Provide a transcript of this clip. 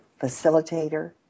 facilitator